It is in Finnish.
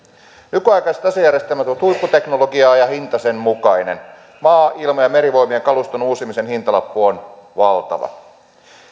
nykyaikaiset asejärjestelmät ovat huipputeknologiaa ja hinta sen mukainen maa ilma ja merivoimien kaluston uusimisen hintalappu on valtava